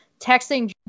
texting